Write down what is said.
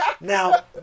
Now